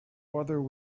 whether